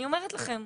אני אומרת לכן,